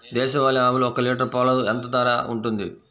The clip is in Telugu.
దేశవాలి ఆవులు ఒక్క లీటర్ పాలు ఎంత ధర ఉంటుంది?